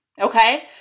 okay